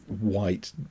white